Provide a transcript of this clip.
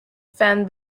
fan